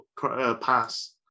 pass